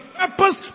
purpose